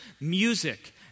music